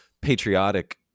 patriotic